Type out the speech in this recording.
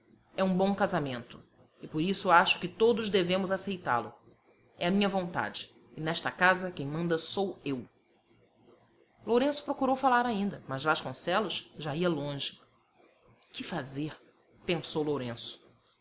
é um bom casamento e por isso acho que todos devemos aceitá-lo é a minha vontade e nesta casa quem manda sou eu lourenço procurou falar ainda mas vasconcelos já ia longe que fazer pensou lourenço